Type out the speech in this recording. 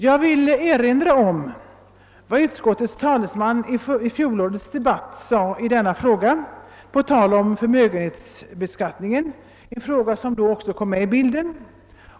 Jag vill erinra om att utskottets talesman i fjolårets debatt i denna fråga på tal om förmögenhetsbeskattningen — som då också togs upp — bla.